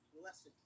blessed